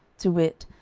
to wit,